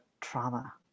trauma